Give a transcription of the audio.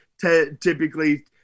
typically